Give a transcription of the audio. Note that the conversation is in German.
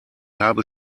habe